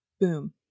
boom